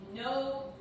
No